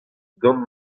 gant